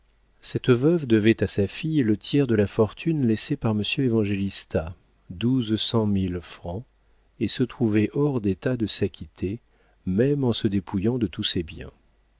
cette veuve devait à sa fille le tiers de la fortune laissée par monsieur évangélista douze cent mille francs et se trouvait hors d'état de s'acquitter même en se dépouillant de tous ses biens